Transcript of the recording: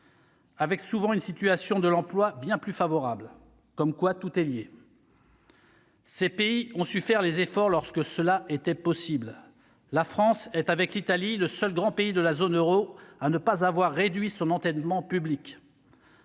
avec, souvent, une situation de l'emploi bien plus favorable. Comme quoi, tout est lié ! Ces pays ont su faire les efforts lorsque cela était possible. La France est, avec l'Italie, le seul grand pays de la zone euro à ne pas avoir réduit son endettement public.